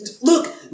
look